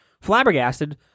Flabbergasted